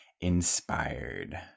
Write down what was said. Inspired